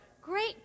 great